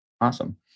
Awesome